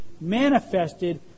manifested